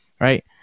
Right